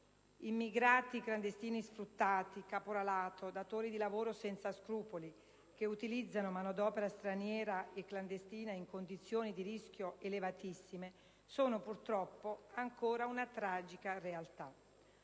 Immigrati clandestini sfruttati, caporalato, datori di lavoro senza scrupoli che utilizzano manodopera straniera e clandestina in condizioni di rischio elevatissime sono purtroppo ancora una tragica realtà.